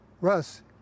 Russ